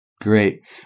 Great